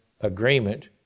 agreement